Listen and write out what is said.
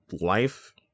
life